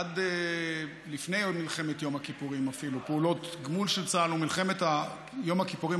עוד אפילו לפני מלחמת יום הכיפורים,